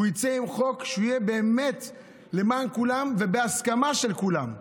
הוא יהיה חוק באמת למען כולם ובהסכמה של כולם,